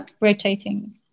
rotating